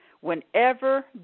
whenever